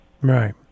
right